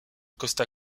costa